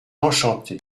enchanté